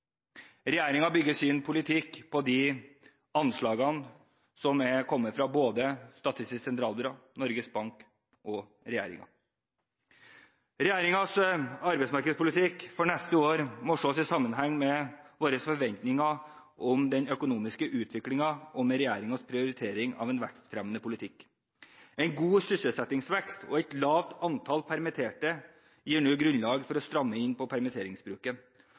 bygger sin politikk på anslagene som har kommet fra Statistisk sentralbyrå og Norges Bank. Regjeringens arbeidsmarkedspolitikk for neste år må ses i sammenheng med våre forventninger om den økonomiske utviklingen og regjeringens prioritering av en vekstfremmende politikk. En god sysselsettingsvekst og et lavt antall permitterte gir nå grunnlag for å stramme inn på permitteringsbruken,